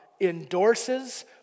endorses